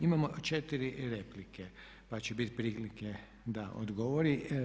Imamo 4 replike pa će biti prilike da odgovori.